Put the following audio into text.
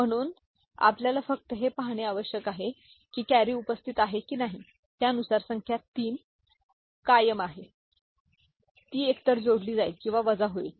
म्हणून आपल्याला फक्त हे पाहणे आवश्यक आहे की कॅरी उपस्थित आहे की नाही त्यानुसार संख्या 3 कायम आहे ती एकतर जोडली जाईल किंवा वजा होईल